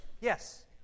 Yes